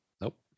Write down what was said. Nope